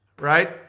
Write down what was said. Right